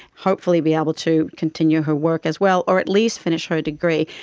hopefully be able to continue her work as well, or at least finish her degree,